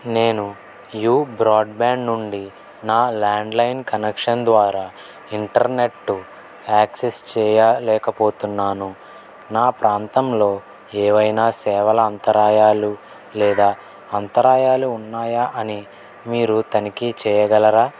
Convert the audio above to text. నేను you broadband నుండి నా ల్యాండ్లైన్ కనెక్షన్ ద్వారా ఇంటర్నెట్టు యాక్సెస్ చెయ్యలేకపోతున్నాను నా ప్రాంతంలో ఏవైనా సేవల అంతరాయాలు లేదా అంతరాయాలు ఉన్నాయా అని మీరు తనిఖీ చెయ్యగలరా